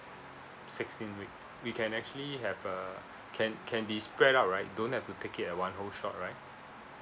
sixteen week we can actually have uh can can be spread out right don't have to take it at one whole shot right